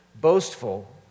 Boastful